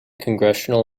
congressional